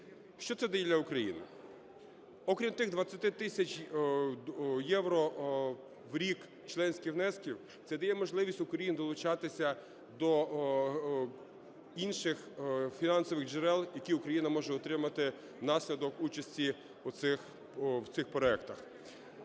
Що це дає для України? Окрім тих 20 тисяч євро в рік членських внесків, це дає можливість Україні долучатися до інших фінансових джерел, які Україна може отримати внаслідок участі в цих проектах.